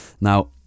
Now